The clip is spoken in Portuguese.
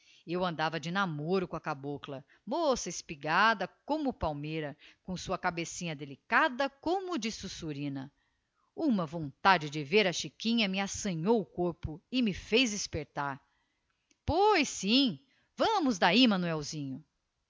eu andava de namoro com a cabocla moça espigada como palmeira com sua cabecinha delicada como de sussurina uma vontade de vêr a chiquinha me assanhou o corpo e me fez espertar pois sim vamos d'ahi manoelsinho e o